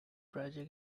tragic